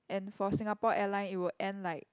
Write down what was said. and for Singapore Airline it will end like